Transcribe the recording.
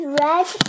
red